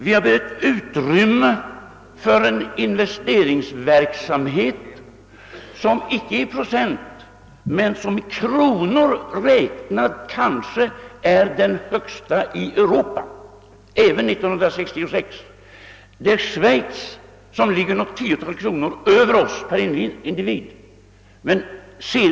Vi har lämnat utrymme för en investeringsverksamhet som, icke i procent men i kronor räknat, kanske är den högsta i Europa även för år 1966; det är bara Schweiz som ligger något tiotal kronor över oss per individ i detta avseende.